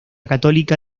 católica